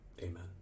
amen